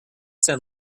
send